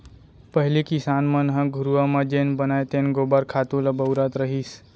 पहिली किसान मन ह घुरूवा म जेन बनय तेन गोबर खातू ल बउरत रहिस